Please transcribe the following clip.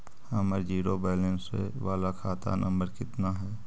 हमर zero balance बाला खाता नम्बर कितना है?